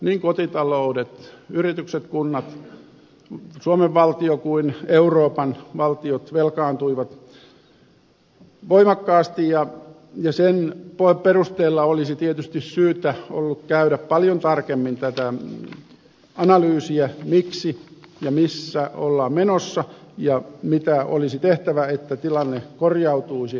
niin kotitaloudet yritykset kunnat suomen valtio kuin euroopan valtiot velkaantuivat voimakkaasti ja sen perusteella olisi tietysti syytä ollut käydä paljon tarkemmin tätä analyysiä miksi ja missä ollaan menossa ja mitä olisi tehtävä että tilanne korjautuisi